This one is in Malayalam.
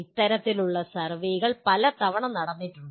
ഇത്തരത്തിലുള്ള സർവേകൾ പലതവണ നടത്തിയിട്ടുണ്ട്